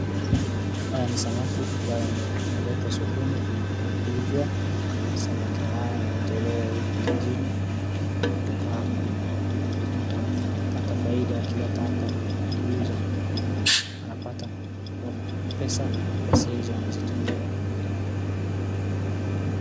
Haya ni samaki ambazo zimeletwa sokoni ili kuuzwa. Samaki hawa wametolewa huko majini na kuekwa hapa. Mtu anapata faida akileta hapa na akiuza, anapata pesa na pesa hizo anazitumia.